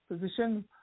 position